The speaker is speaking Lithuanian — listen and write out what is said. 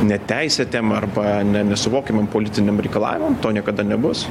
neteisėtiem arba nesuvokiamam politiniam reikalavimam to niekada nebus